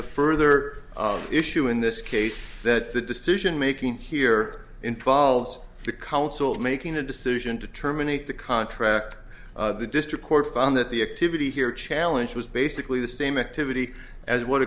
the further issue in this case that the decision making here involves the council making the decision to terminate the contract the district court found that the activity here challenge was basically the same activity as what